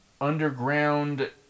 underground